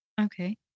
Okay